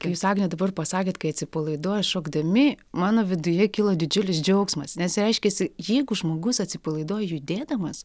kai jūs agne dabar pasakėt kai atsipalaiduoja šokdami mano viduje kilo didžiulis džiaugsmas nes reiškiasi jeigu žmogus atsipalaiduoja judėdamas